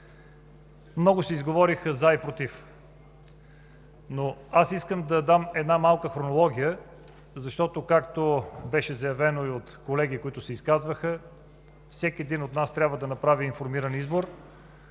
се изговориха, но аз искам да дам една малка хронология, защото както беше заявено и от колеги, които вече се изказаха, всеки един от нас трябва да направи своя информиран избор,